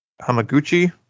Hamaguchi